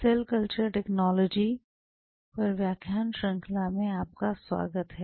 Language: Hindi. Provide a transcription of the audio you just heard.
सेल कल्चर टेक्नोलॉजी पर व्याख्यान श्रृंखला में आपका स्वागत है